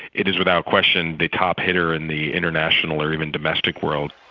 it is without question the top hitter in the international or even domestic world.